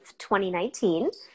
2019